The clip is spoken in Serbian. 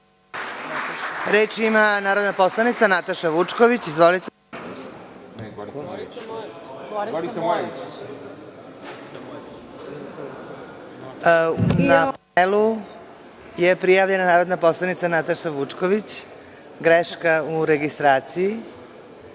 Reč ima narodna poslanica Nataša Vučković. Izvolite. Prijavljena je narodna poslanica Nataša Vučković. Greška u registraciji. Reč